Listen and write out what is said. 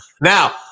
Now